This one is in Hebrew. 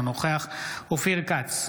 אינו נוכח אופיר כץ,